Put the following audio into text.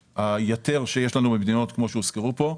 מכס-היתר שיש לנו במדינות כפי שהוזכרו פה.